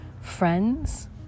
friends